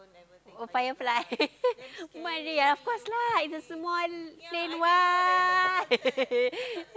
oh firefly maria of course lah its a small plain [what]